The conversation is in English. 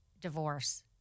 divorce